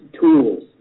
tools